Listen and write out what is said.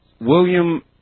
William